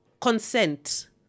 Consent